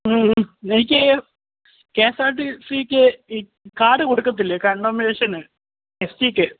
മ്മ് മ്മ് എനിക്ക് K S R T സിക്ക് ഈ കാർഡ് കൊടുക്കില്ലേ കണ്ടംനേഷന് എസ് ടി കെ